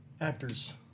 Actors